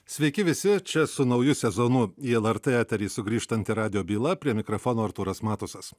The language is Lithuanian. sveiki visi čia su nauju sezonu į lrt eterį sugrįžtanti radijo byla prie mikrofono artūras matusas